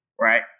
right